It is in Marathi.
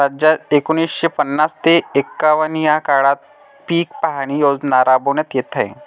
राज्यात एकोणीसशे पन्नास ते एकवन्न या काळात पीक पाहणी योजना राबविण्यात येत आहे